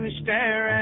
stare